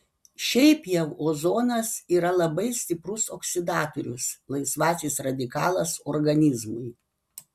šiaip jau ozonas yra labai stiprus oksidatorius laisvasis radikalas organizmui